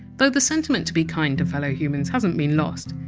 though the sentiment to be kind to fellow humans hasn't been lost.